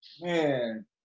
Man